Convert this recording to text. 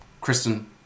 Kristen